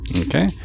Okay